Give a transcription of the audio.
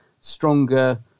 stronger